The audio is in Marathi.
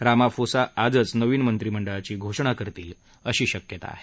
रामाफोसा आजच नवीन मंत्रिमंडळाची घोषणा करतील अशी शक्यता आहे